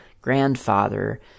grandfather